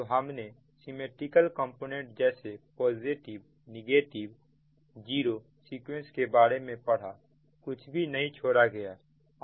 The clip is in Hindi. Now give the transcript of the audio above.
तो हमने सिमिट्रिकल कंपोनेंट जैसे पॉजिटिव नेगेटिव जीरो सीक्वेंस के बारे में पढ़ा कुछ भी नहीं छोड़ा गया है